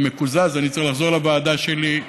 אני מקוזז, אני צריך לחזור לוועדה שלי.